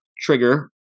trigger